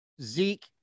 Zeke